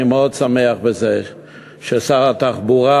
אני שמח מאוד ששר התחבורה,